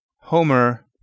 Homer